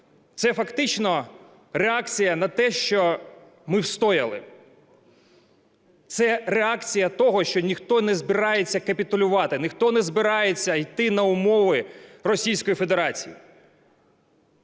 Це фактично реакція на те, що ми встояли. Це реакція того, що ніхто не збирається капітулювати, ніхто не збирається йти на умови Російської Федерації: